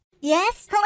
Yes